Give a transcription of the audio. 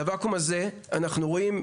אנחנו רואים,